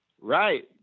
Right